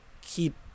keep